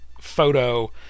photo